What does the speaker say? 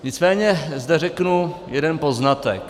Nicméně zde řeknu jeden poznatek.